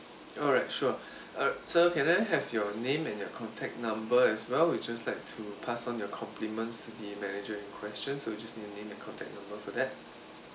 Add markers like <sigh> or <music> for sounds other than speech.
alright sure <breath> uh sir can I have your name and your contact number as well we'd just like to pass on your compliments to the manager in question so we just need your name and contact number for that